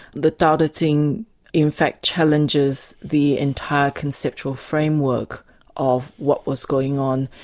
that dao de jing in fact challenges the entire conceptual framework of what was going on.